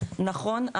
נכון,